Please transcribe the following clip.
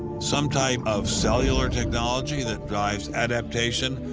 some type of cellular technology that drives adaptation,